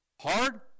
Hard